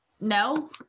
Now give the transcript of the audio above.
No